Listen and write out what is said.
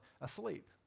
asleep